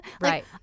Right